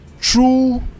true